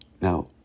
Now